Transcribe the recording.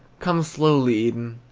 come slowly, eden!